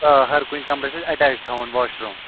آ ہر کُنہِ کَمرَس چھِ اَسہِ اَٹیچ تھاوُن واش روٗم